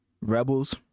Rebels